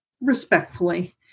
respectfully